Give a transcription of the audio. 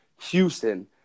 Houston